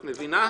את מבינה?